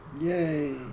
Yay